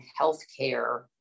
healthcare